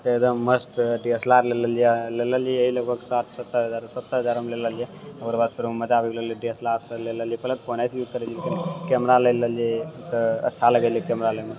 तऽ एकदम मस्त डी एस एल आर ले लेलिऐ ले लेलिऐ इहे लगभग साठि सत्तर हजार सत्तर हजारमे लेलो रहिऐ ओकर बाद शुरूमे मजा आबी गेलो डी एस एल आर लेलो रहिऐ पहिने फोनो से ही यूज करे रहिऐ फेन कैमरा ले लेलिऐ तऽअच्छा लगैए कैमरा लएमे